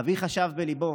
אבי חשב בליבו: